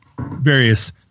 various